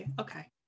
Okay